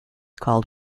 called